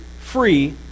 free